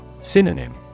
Synonym